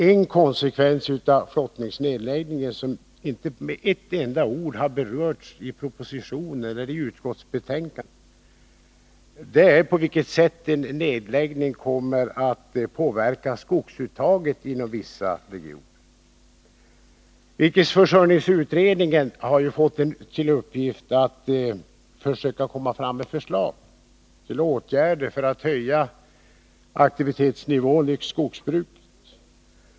En konsekvens av flottningsnedläggningen som icke med ett enda ord berörts i propositionen eller i utskottsbetänkandet är på vilket sätt den kommer att påverka skogsuttaget inom vissa regioner. Virkesförsörjningsutredningen har fått till uppgift att lägga fram förslag till åtgärder för att höja aktivitetsnivån i skogsbruket.